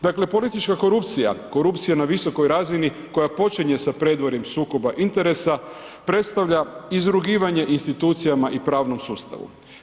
Dakle, politička korupcija, korupcija na visokoj razini koja počinje sa predvorjem sukoba interesa predstavlja izrugivanje institucijama i pravnom sustavu.